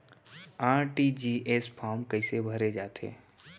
RTGS form कइसे भरे जाथे?